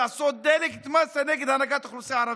לעשות דה-לגיטימציה להנהגת האוכלוסייה הערבית.